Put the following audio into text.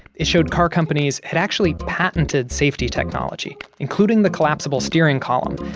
it showed car companies had actually patented safety technology, including the collapsible steering column.